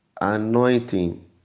anointing